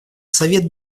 совет